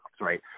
right